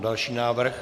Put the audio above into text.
Další návrh.